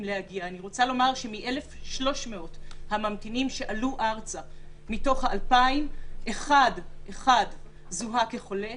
להגיע מתוך 1,300 הממתינים שעלו ארצה אחד זוהה כחולה.